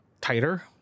tighter